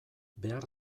behar